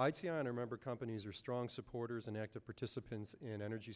i t on our member companies are strong supporters and active participants in energy